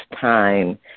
time